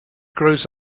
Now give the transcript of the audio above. grows